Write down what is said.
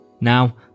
Now